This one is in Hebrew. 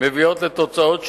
מביאות לתוצאות שונות,